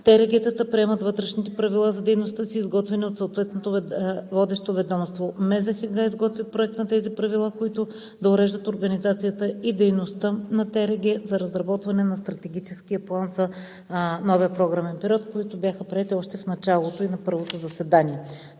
ТРГ-та приемат вътрешните правила за дейността си, изготвени от съответното водещо ведомство. Министерството на земеделието, храните и горите изготвя проект на тези правила, които да уреждат организацията и дейността на ТРГ за разработване на Стратегическия план за новия програмен период, които бяха приети още в началото на първото заседание.